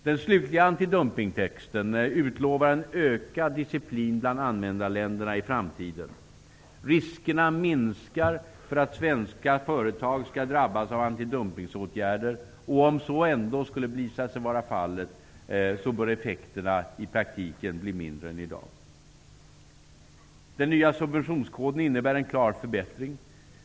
Den slutliga antidumpningtexten utlovar en ökad disciplin bland användarländerna i framtiden. Riskerna minskar för att svenska företag skall drabbas av antidumpningsåtgärder. Om så ändå skulle bli fallet bör effekterna i praktiken bli mindre än i dag. Den nya subventionskoden innebär en klar förbättring.